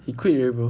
he quit already bro